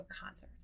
concerts